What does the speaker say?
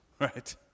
right